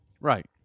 Right